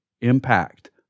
impact